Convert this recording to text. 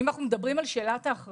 אם אנחנו מדברים על שאלת האחריות,